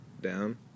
down